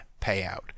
payout